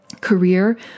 career